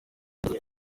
imbuto